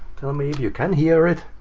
tell me if you can hear it.